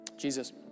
Jesus